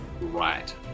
right